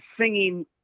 singing